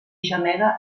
gemega